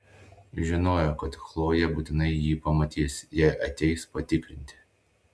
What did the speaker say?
žinojo kad chlojė būtinai jį pamatys jei ateis patikrinti